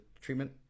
treatment